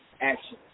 action